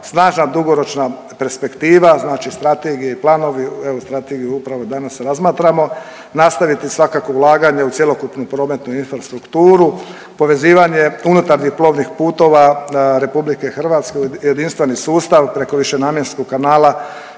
snažna dugoročna perspektiva, znači strategije i planovi. Evo strategiju upravo danas razmatramo. Nastaviti svakako ulaganje u cjelokupnu prometnu infrastrukturu, povezivanje unutarnjih plovnih putova Republike Hrvatske u jedinstveni sustav preko višenamjenskog kanala